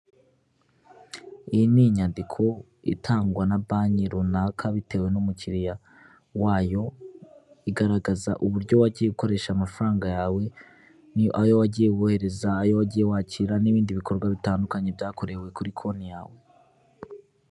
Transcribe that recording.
Iyi ni inyandiko itangwa na banki runaka bitewe n'umukiriya wayo, igaragaza uburyo wagiye ukoresha amafaranga yawe, ayo wagiye wohereza, ayo wagiye wakira n'ibindi bikorwa bitandukanye byakorewe kuri konti yawe.